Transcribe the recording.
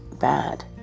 Bad